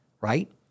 Right